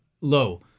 low